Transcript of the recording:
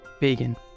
Vegan